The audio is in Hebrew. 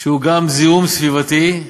שגם הוא זיהום סביבתי,